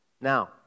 Now